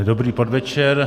Dobrý podvečer.